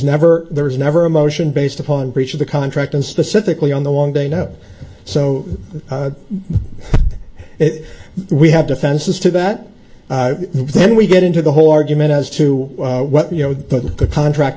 never there was never a motion based upon breach of the contract and specifically on the one they know so if we have defenses to that then we get into the whole argument as to what you know that the contract